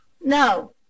No